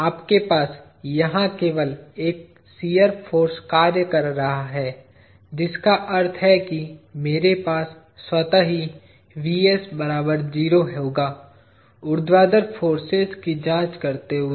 आपके पास यहां केवल एक शियर फाॅर्स कार्य कर रहा है जिसका अर्थ है कि मेरे पास स्वतः ही होगा ऊर्ध्वाधर फोर्सेज की जांच करते हुए